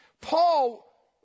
Paul